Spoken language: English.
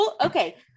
okay